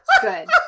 Good